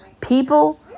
People